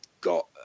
got